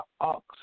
ox